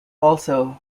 also